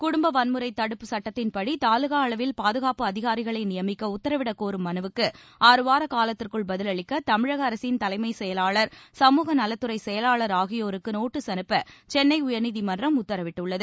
குடும்ப வன்முறை தடுப்பு சுட்டத்தின்படி தாலுகா அளவில் பாதுகாப்பு அதிகாரிகளை நியமிக்க உத்தரவிட கோரும் மனுவுக்கு ஆறுவார காலத்திற்குள் பதிலளிக்க தமிழக அரசின் தலைமைச்செயலாளர் செயலாளர் ஆகியோருக்கு நோட்டீஸ் அனுப்ப சென்னை உயர்நீதிமன்றம் நலத்துறை சமுக உத்தரவிட்டுள்ளது